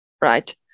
Right